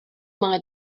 mae